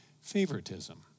favoritism